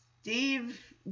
Steve